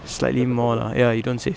slightly more lah ya you don't save